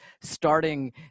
starting